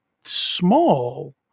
small